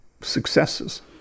successes